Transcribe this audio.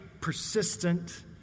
persistent